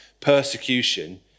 persecution